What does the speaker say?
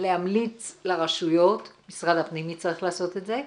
להמליץ לרשויות, משרד הפנים הצטרך לעשות את זה.